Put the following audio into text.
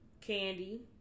Candy